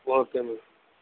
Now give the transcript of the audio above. okay ma'am